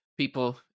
people